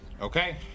Okay